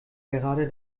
gerade